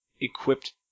equipped